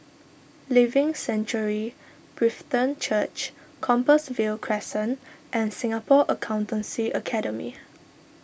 Living Sanctuary Brethren Church Compassvale Crescent and Singapore Accountancy Academy